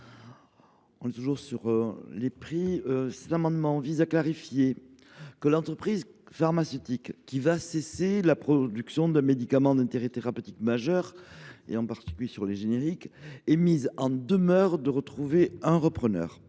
à Mme Émilienne Poumirol. Cet amendement vise à préciser que l’entreprise pharmaceutique qui va cesser la production d’un médicament d’intérêt thérapeutique majeur (MITM), en particulier un générique, est mise en demeure de trouver un repreneur.